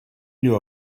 knew